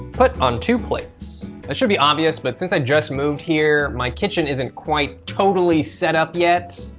put on two plates. that should be obvious, but since i just moved here, my kitchen isn't quite totally set up yet.